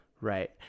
Right